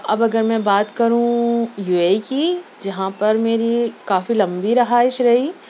اب اگر میں بات کروں یُو اے اِی کی جہاں پر میری کافی لمبی رہائش رہی